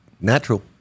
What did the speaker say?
natural